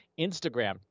Instagram